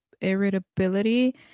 irritability